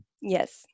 Yes